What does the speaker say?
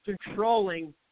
controlling